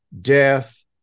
death